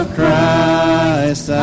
Christ